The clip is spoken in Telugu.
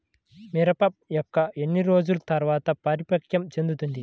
మిరప మొక్క ఎన్ని రోజుల తర్వాత పరిపక్వం చెందుతుంది?